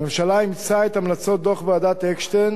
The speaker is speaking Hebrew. הממשלה אימצה את המלצות דוח ועדת-אקשטיין